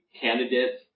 candidates